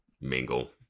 mingle